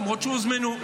למרות שהוזמנו.